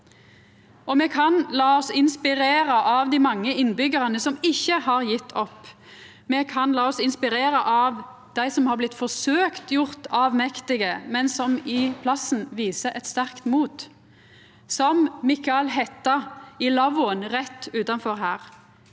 me kan la oss inspirera av dei mange innbyggjarane som ikkje har gjeve opp. Me kan la oss inspirera av dei som har blitt forsøkt gjorde avmektige, men som i staden viser eit sterkt mot – som Mihkkal Hætta i lavvoen rett utanfor her,